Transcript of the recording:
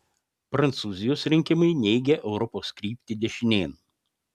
prancūzijos rinkimai neigia europos kryptį dešinėn